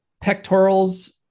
pectorals